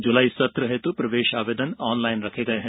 जुलाई सत्र हेतु प्रवेश आवेदन ऑनलाइन रखा गया हैं